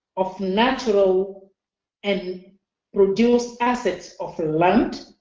of natural and produced assets of land,